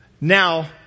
now